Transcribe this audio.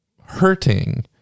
hurting